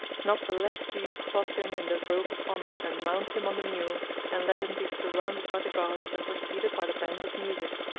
not the less do you clothe him in the robe of honour and mount him on the mule and let him be surrounded by the guards and preceded by the band of music.